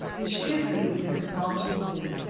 and she as the weaker had gone to the wall.